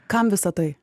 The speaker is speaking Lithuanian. kam visa tai